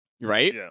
right